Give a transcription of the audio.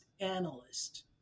analyst